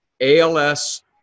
ALS